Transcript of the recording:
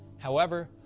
however,